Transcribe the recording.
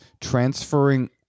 transferring